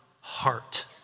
heart